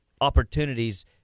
opportunities